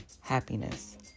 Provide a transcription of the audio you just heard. happiness